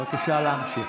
בבקשה להמשיך.